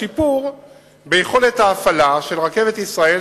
השיפור ביכולת ההפעלה של רכבת ישראל,